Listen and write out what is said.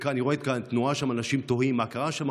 ואני רואה תנועה, אנשים תוהים מה קרה שם.